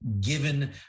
given